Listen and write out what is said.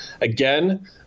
again